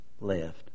left